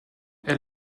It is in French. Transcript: elle